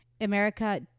america